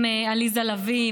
עם עליזה לביא,